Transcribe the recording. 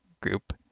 group